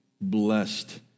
blessed